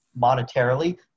monetarily